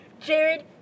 Jared